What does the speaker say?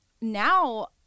Now